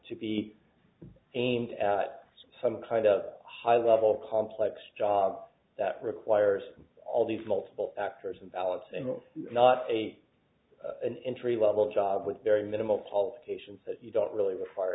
to be aimed at some kind of high level complex job that requires all these multiple factors and talents and not a an entry level job with very minimal qualifications that you don't really require